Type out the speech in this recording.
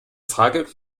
frage